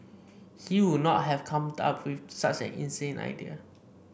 he would not have come up with such an inane idea